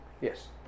Yes